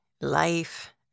life